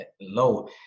low